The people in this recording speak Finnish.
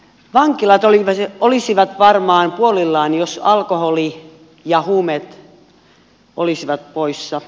vankilat olisivat varmaan puolillaan jos alkoholi ja huumeet olisivat poissa